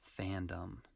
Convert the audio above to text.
fandom